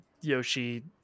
Yoshi